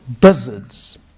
buzzards